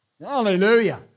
Hallelujah